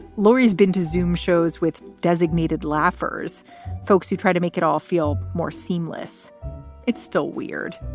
laurie's been to zoom shows with designated leifer's folks who tried to make it all feel more seamless it's still weird